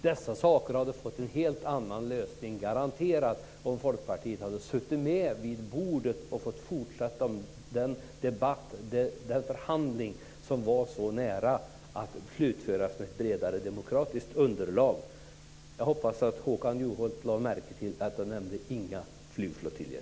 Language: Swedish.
Dessa saker hade fått garanterat en helt annan lösning om Folkpartiet hade suttit med vid bordet och fått fortsätta den förhandling som var så nära att slutföras med ett bredare demokratiskt underlag. Jag hoppas att Håkan Juholt lade märke till att jag inte nämnde några flygflottiljer.